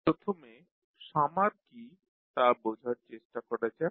প্রথমে সামার কী তা বোঝার চেষ্টা করা যাক